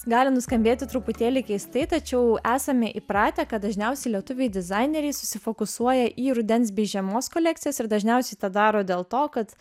gali nuskambėti truputėlį keistai tačiau esame įpratę kad dažniausiai lietuviai dizaineriai susifokusuoja į rudens bei žiemos kolekcijas ir dažniausiai tą daro dėl to kad